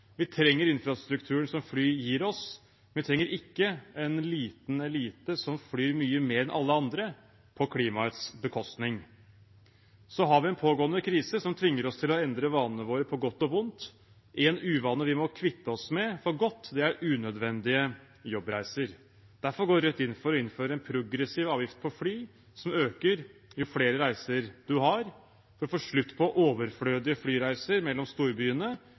Vi trenger infrastrukturen som fly gir oss, men vi trenger ikke en liten elite som flyr mye mer enn alle andre, på klimaets bekostning. Så har vi en pågående krise som tvinger oss til å endre vanene våre, på godt og vondt. En uvane vi må kvitte oss med for godt, er unødvendige jobbreiser. Derfor går Rødt inn for å innføre en progressiv avgift på fly som øker jo flere reiser en har, for å få slutt på overflødige flyreiser mellom storbyene